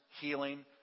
healing